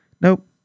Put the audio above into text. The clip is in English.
Nope